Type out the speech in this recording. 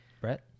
Brett